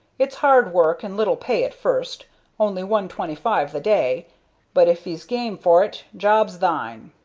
it's hard work and little pay at first only one twenty-five the day but if ee's game for it, job's thine.